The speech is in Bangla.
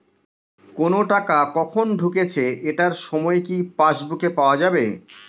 কোনো টাকা কখন ঢুকেছে এটার সময় কি পাসবুকে পাওয়া যাবে?